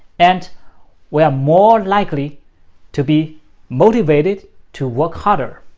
and we are more likely to be motivated to work harder.